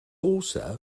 also